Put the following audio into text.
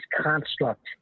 construct